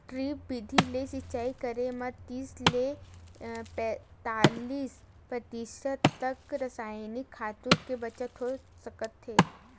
drip बिधि ले सिचई करे म तीस ले पैतालीस परतिसत तक रसइनिक खातू के बचत हो सकथे